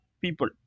people